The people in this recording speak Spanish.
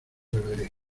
beberé